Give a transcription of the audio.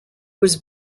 was